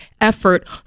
effort